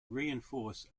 reinforce